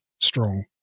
strong